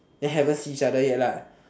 then haven't see each other yet lah